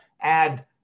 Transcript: add